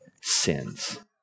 sins